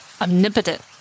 omnipotent